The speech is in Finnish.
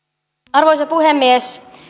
arvoisa puhemies